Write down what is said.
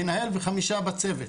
מנהל וחמישה בצוות,